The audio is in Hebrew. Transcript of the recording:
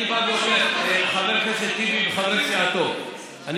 אני בא ואומר לחבר הכנסת טיבי וחברי סיעתו: אני